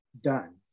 done